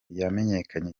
yamenyekanye